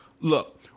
look